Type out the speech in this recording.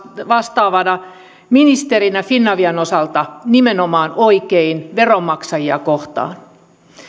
vastaavana ministerinä finavian osalta nimenomaan veronmaksajia kohtaan oikein